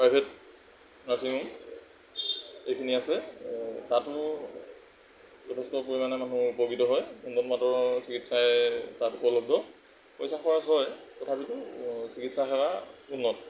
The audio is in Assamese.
প্ৰাইভেট নাৰ্ছিং হোম এইখিনি আছে তাতো যথেষ্ট পৰিমাণে মানুহ উপকৃত হয় উন্নতমানৰ চিকিৎসাই তাত উপলব্ধ পইচা খৰচ হয় তথাপিতো চিকিৎসা সেৱা উন্নত